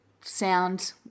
sound